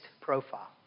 profile